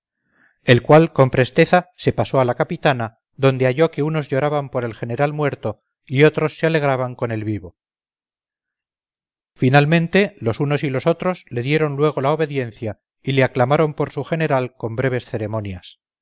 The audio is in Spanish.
el cual con presteza se pasó a la capitana donde halló que unos lloraban por el general muerto y otros se alegraban con el vivo finalmente los unos y los otros le dieron luego la obediencia y le aclamaron por su general con breves ceremonias